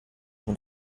mit